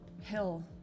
hill